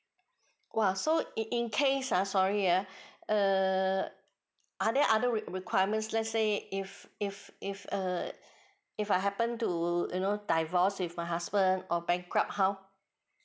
!wah! so in in case ah sorry ah uh other other requirements let's say if if if err if I happen to you know divorce with my husband or bankrupt how